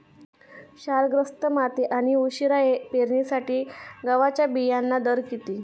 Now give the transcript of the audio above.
क्षारग्रस्त माती आणि उशिरा पेरणीसाठी गव्हाच्या बियाण्यांचा दर किती?